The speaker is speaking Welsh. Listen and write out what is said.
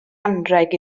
anrheg